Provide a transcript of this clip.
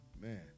Man